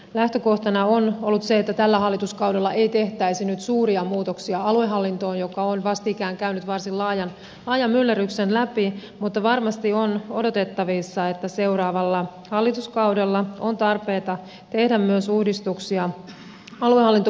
lähtökohtana on ollut se että tällä hallituskaudella ei tehtäisi nyt suuria muutoksia aluehallintoon joka on vastikään käynyt varsin laajan myllerryksen läpi mutta varmasti on odotettavissa että seuraavalla hallituskaudella on tarpeita tehdä myös uudistuksia aluehallintopuoleen